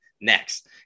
next